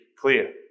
clear